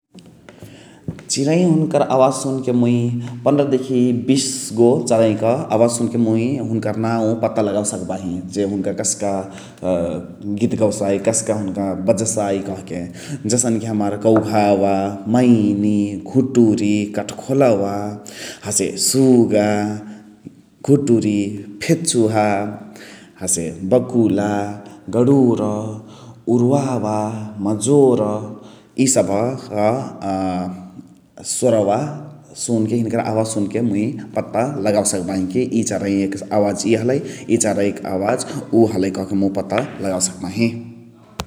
चिरैया हुनुकर अवाज सुनके मुइ पन्द्र देखी बिसगो चरैक अवाज सुनके मुइ हुनुकर नाउ पता लगावे सकबाही जे हुनुका कस्का गीत गौसाइ कस्का हुनुका बजसाइ कहके । जसने कि हमाअर कौघावा, मैनि, घुटुरि, कठ्खोलवा, हसे सुगा, घुटुरि, फेचुहा । हसे बकुला गणुर, उरुवावा, मजोरा इ सबह क स्वरवा सुनके हिनिकर आवाज सुनके मुइ पत्ता लगावे सकबाही कि इ चराइयाक अवाज इअ हलाई, इ चराइयाक अवाज उ हलाई कहके मुइ पत्त लगाअवे सकबाही ।